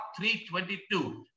3.22